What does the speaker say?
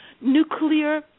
nuclear